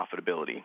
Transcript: profitability